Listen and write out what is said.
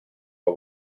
può